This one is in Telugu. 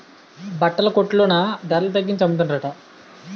బట్టల కొట్లో నా ధరల తగ్గించి అమ్మతన్రట